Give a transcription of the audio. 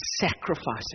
sacrificing